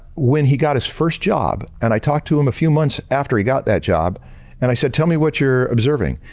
when he got his first job and i talked to him a few months after he got that job and i said, tell me what you're observing.